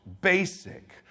basic